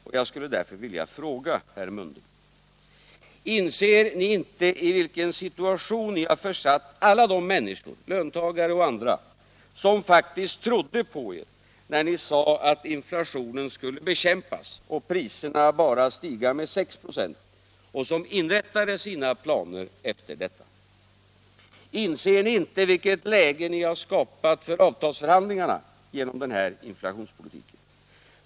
Och jag skulle därför vilja fråga herr Mundebo: Inser ni inte i vilken situation ni har försatt alla de människor, löntagare och andra, som faktiskt trodde på er när ni sade, att inflationen skulle bekämpas och priserna bara stiga med 6 96, och som inrättade sina planer efter detta? Inser ni inte vilket läge ni skapat för avtalsförhandlingarna genom den här inflationspolitiken?